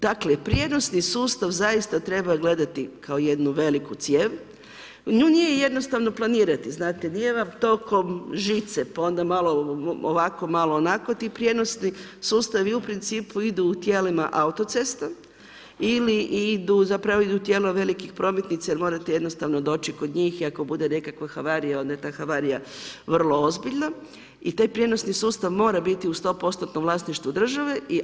Dakle prijenosni sustav zaista treba gledati kao jednu veliku cijev, nju nije jednostavno planirati znate, nije vam to ko žice pa onda malo ovako, malo onako, ti prijenosni sustavi u principu idu u tijelima autocestom ili idu … velikih prometnica jel morate jednostavno doći kod njih i ako bude nekakva havarija onda je ta havarija vrlo ozbiljna i taj prijenosni sustav mora biti u 100% vlasništvu države.